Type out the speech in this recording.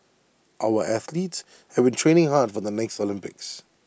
our athletes have been training hard for the next Olympics